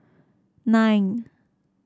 nine